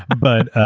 but